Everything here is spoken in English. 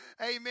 Amen